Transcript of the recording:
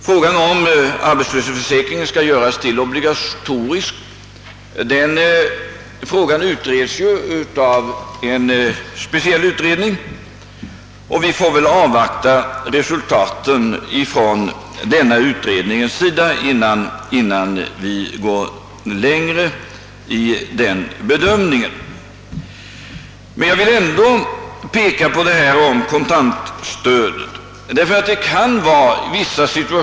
Frågan om arbetslöshetsförsäkringen skall göras obligatorisk utreds av en speciell utredning, och vi får väl avvakta resultatet av denna utredning innan vi går längre i den bedömningen. Jag vill ändå ta upp kontantstödet.